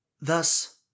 Thus